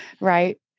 right